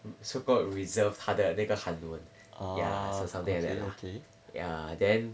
so called reserved 他的那个韩文 ya so something like that lah